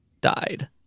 died